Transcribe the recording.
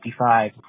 1955